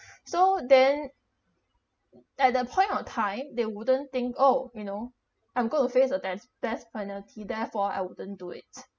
so then at that point of time they wouldn't think oh you know I'm going to face the death death penalty therefore I wouldn't do it